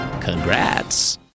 Congrats